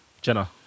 Jenna